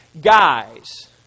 Guys